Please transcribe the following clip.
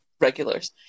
regulars